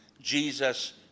Jesus